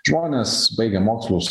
žmonės baigę mokslus